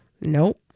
Nope